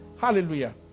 Hallelujah